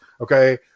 okay